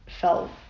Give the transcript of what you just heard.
felt